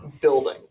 building